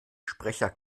sprecher